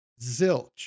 Zilch